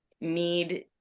need